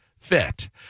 fit